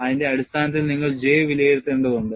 അതിന്റെ അടിസ്ഥാനത്തിൽ നിങ്ങൾ J വിലയിരുത്തേണ്ടതുണ്ട്